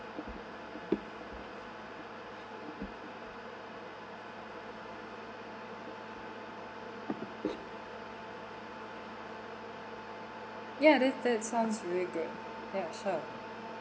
ya that that's sound really good ya sure